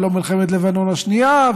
ולא במלחמת לבנון השנייה,